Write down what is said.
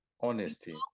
honesty